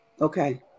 Okay